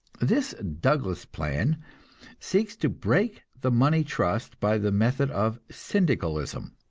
this douglas plan seeks to break the money trust by the method of syndicalism.